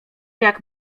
jak